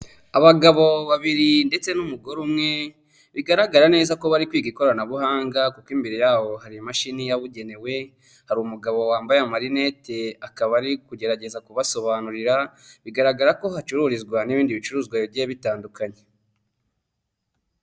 Umuhanda munini hakurya y'umuhanda hari inzu nini icururizwamo ibintu bitandukanye hari icyapa cy'amata n'icyapa gicuruza farumasi n'imiti itandukanye.